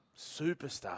Superstar